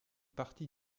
partie